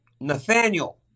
Nathaniel